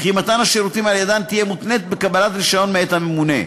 וכי מתן השירותים על-ידן יהיה מותנה בקבלת רישיון מאת הממונה.